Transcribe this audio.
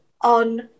on